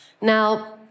Now